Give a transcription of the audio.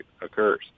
occurs